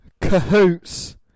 cahoots